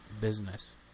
business